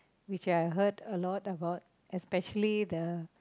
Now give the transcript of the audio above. which I heard a lot about especially the